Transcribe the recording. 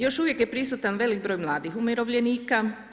Još uvijek je prisutan velik broj mladih umirovljenika.